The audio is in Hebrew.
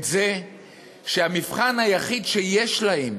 את זה שהמבחן היחיד שיש להם,